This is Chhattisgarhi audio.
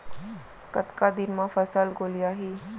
कतका दिन म फसल गोलियाही?